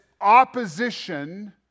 opposition